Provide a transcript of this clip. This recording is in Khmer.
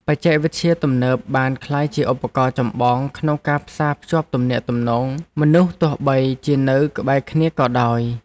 បច្ចេកវិទ្យាទំនើបបានក្លាយជាឧបករណ៍ចម្បងក្នុងការផ្សារភ្ជាប់ទំនាក់ទំនងមនុស្សទោះបីជានៅក្បែរគ្នាក៏ដោយ។